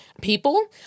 people